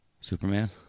Superman